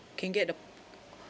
can get the